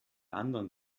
anderen